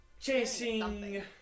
chasing